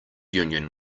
union